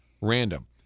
Random